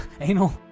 Anal